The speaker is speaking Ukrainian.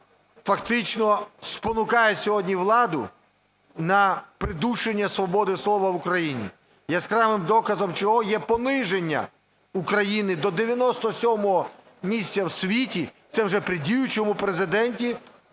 фактично, спонукає сьогодні владу на придушення свободи слова в Україні. Яскравим доказом чого є пониження України до 97 місця в світі, і це вже при діючому Президенті,